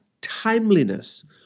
timeliness